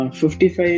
55